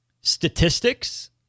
statistics